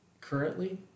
currently